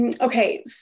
Okay